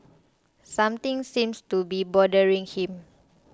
something seems to be bothering him